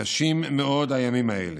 קשים מאוד הימים האלה.